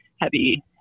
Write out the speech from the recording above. heavy